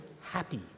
happy